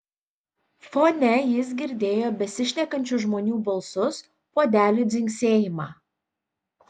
fone jis girdėjo besišnekančių žmonių balsus puodelių dzingsėjimą